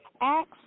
Acts